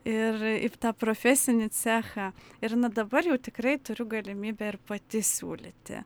ir tą profesinį cechą ir na dabar jau tikrai turiu galimybę ir pati siūlyti